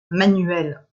manuel